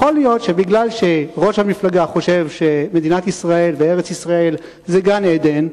יכול להיות שמפני שראש המפלגה חושב שמדינת ישראל וארץ-ישראל זה גן-עדן,